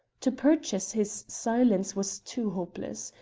to purchase his silence was too hopeless.